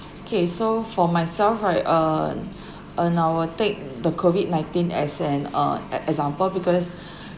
okay so for myself right um and I will take the COVID nineteen as an uh ex~ example because